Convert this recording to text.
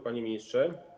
Panie Ministrze!